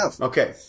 Okay